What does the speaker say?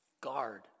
Guard